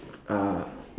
uh